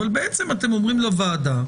אבל בעצם אתם אומרים לוועדה: